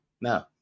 No